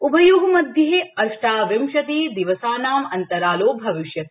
उभयो मध्ये अष्टाविंशति दिवसानां अन्तरालो भविष्यति